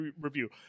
review